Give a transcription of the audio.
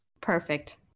Perfect